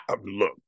look